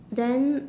then